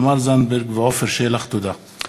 תמר זנדברג ועפר שלח בנושא: מינהל לא תקין בנושא ועדות סל תרבות.